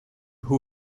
who